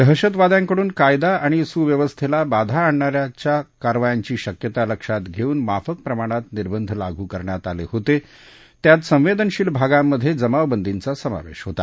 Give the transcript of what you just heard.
दहशतवाद्यांकडून कायदा आणि सुव्यवस्थेला बाधा आणणाऱ्या कारवायांची शक्यता लक्षात घेऊन माफक प्रमाणात निर्बंध लागू करण्यात आले होते त्यात संवेदनशील भागांमध्ये जमावबंदीचा समावेश होता